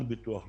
על ביטוח לאומי,